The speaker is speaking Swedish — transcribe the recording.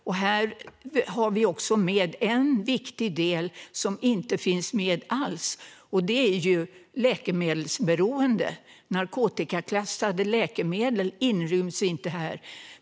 Här har vi liberaler också med en viktig del som inte finns med alls, nämligen läkemedelsberoende; narkotikaklassade läkemedel inryms inte här.